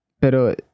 pero